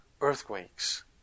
earthquakes